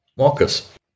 Marcus